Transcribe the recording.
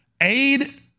Aid